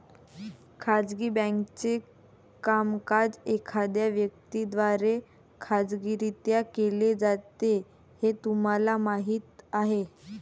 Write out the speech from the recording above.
खाजगी बँकेचे कामकाज एखाद्या व्यक्ती द्वारे खाजगीरित्या केले जाते हे तुम्हाला माहीत आहे